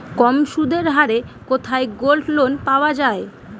কম সুদের হারে কোথায় গোল্ডলোন পাওয়া য়ায়?